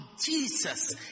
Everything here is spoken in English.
Jesus